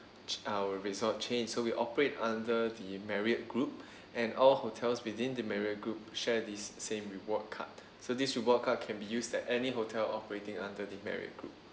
our resort chain so we operate under the marriott group and all hotels within the marriot group share this same reward card so this reward card can be used at any hotel operating under the marriot group